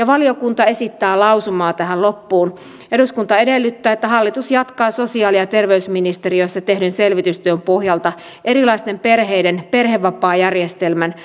valiokunta esittää lausumaa tähän loppuun eduskunta edellyttää että hallitus jatkaa sosiaali ja terveysministeriössä tehdyn selvitystyön pohjalta erilaisten perheiden perhevapaajärjestelmän